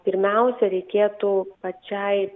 pirmiausia reikėtų pačiai